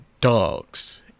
dogs